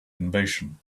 invasion